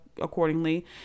accordingly